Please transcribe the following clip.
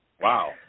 Wow